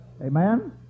Amen